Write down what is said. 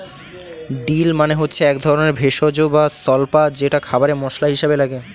deal মানে হচ্ছে এক ধরনের ভেষজ বা স্বল্পা যেটা খাবারে মশলা হিসাবে লাগে